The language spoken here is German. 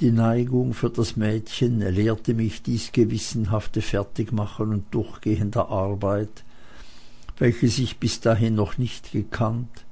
die neigung für das mädchen lehrte mich dies gewissenhafte fertigmachen und durchgehen der arbeit welches ich bis dahin noch nicht gekannt